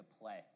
play